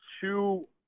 two